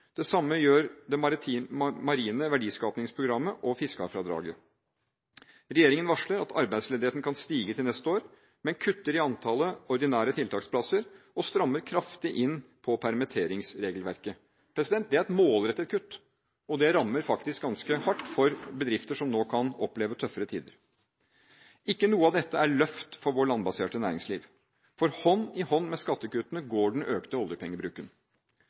det samme gjør det marine verdiskapingsprogrammet og fiskarfradraget. Regjeringen varsler at arbeidsledigheten kan stige til neste år, men kutter i antallet ordinære tiltaksplasser og strammer kraftig inn på permitteringsregelverket. Dette er et målrettet kutt, og det rammer faktisk ganske hardt for bedrifter som nå kan oppleve tøffere tider. Ikke noe av dette er noe løft for vårt landbaserte næringsliv, for hånd i hånd med skattekuttene går den økte oljepengebruken.